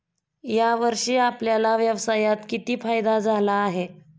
या वर्षी आपल्याला व्यवसायात किती फायदा झाला आहे?